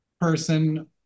person